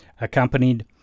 accompanied